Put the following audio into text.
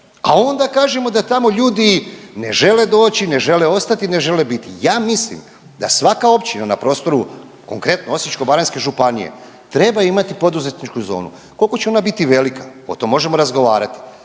A onda kažemo da tamo ljudi ne žele doći, ne žele ostati, ne žele biti. Ja mislim da svaka općina na prostoru konkretno Osječko-baranjske županije treba imati poduzetničku zonu. Koliko će ona biti velika o tome možemo razgovarati,